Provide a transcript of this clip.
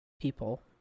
people